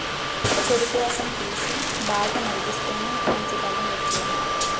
చెరుకు రసం తీసి, బాగా మరిగిస్తేనే మంచి బెల్లం వచ్చేది